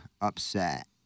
upset